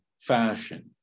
fashion